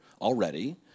already